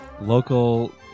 local